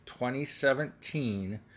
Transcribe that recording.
2017